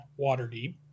Waterdeep